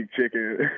chicken